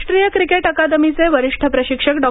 राष्ट्रीय क्रिकेट अकादमीचे वरिष्ठ प्रशिक्षक डॉ